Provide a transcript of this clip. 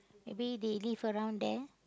maybe they live around there